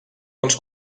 dels